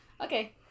Okay